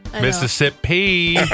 Mississippi